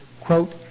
quote